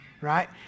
right